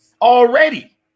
already